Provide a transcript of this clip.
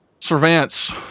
Servants